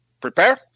prepare